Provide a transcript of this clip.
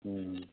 उम